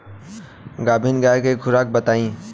गाभिन गाय के खुराक बताई?